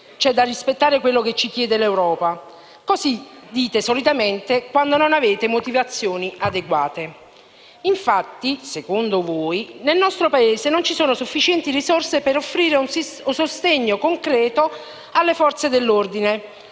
c'è da rispettare quello che ci chiede l'Europa. Così dite solitamente quando non avete motivazioni adeguate. Secondo voi, nel nostro Paese non ci sono sufficienti risorse per offrire un sostegno concreto alle Forze dell'ordine.